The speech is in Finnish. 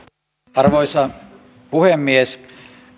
arvoisa puhemies